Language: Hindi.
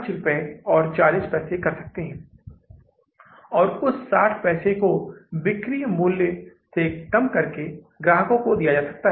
इसलिए हम इसे पहले से ही जानते हैं कि बजट हमारी कमी को पूरा करने में कितना सक्षम है